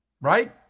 right